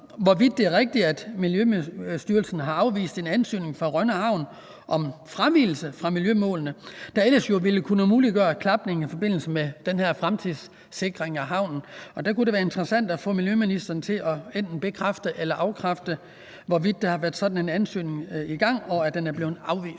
hvorvidt det er rigtigt, at Miljøstyrelsen har afvist en ansøgning fra Rønne Havn om fravigelse af miljømålene, der ellers jo ville kunne muliggøre klapning i forbindelse med den her fremtidssikring af havnen. Der kunne det være interessant at få miljøministeren til enten at bekræfte eller afkræfte, hvorvidt der har været sådan en ansøgning i gang, og om den er blevet afvist.